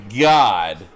god